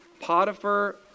Potiphar